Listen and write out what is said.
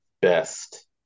best